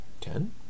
ten